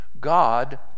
God